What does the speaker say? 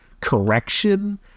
correction